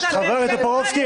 --- חבר הכנסת טופורובסקי,